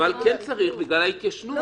אבל כן צריך בגלל ההתיישנות.